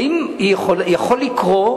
האם יכול לקרות,